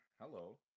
Hello